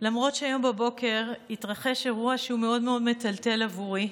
למרות שהיום בבוקר התרחש אירוע שהוא מאוד מאוד מטלטל עבורי,